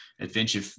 Adventure